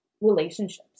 relationships